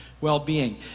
well-being